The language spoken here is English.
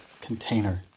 container